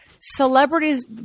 celebrities